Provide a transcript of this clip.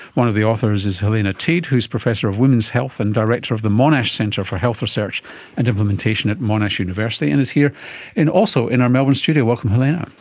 one of the authors is helena teede who is professor of women's health and director of the monash centre for health research and implementation at monash university and is here and also in our melbourne studio. welcome helena.